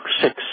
six